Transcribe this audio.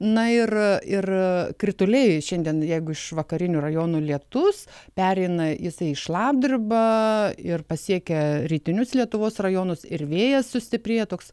na ir ir krituliai šiandien jeigu iš vakarinių rajonų lietus pereina jisai į šlapdribą ir pasiekia rytinius lietuvos rajonus ir vėjas sustiprėja toks